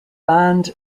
band